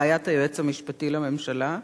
רעיית היועץ המשפטי לממשלה,